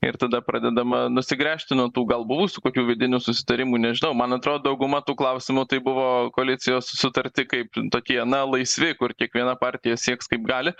ir tada pradedama nusigręžti nuo tų gal buvusių kokių vidinių susitarimų nežinau man atrodo dauguma tų klausimų tai buvo koalicijos sutarti kaip tokie na laisvi kur kiekviena partija sieks kaip gali